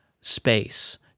space